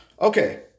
Okay